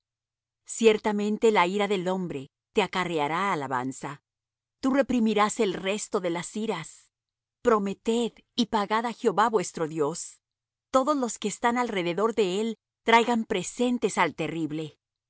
ciertamente la ira del hombre te acarreará alabanza tú reprimirás el resto de las iras prometed y pagad á jehová vuestro dios todos los que están alrededor de él traigan presentes al terrible